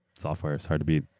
software, it's hard to beat.